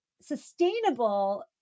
sustainable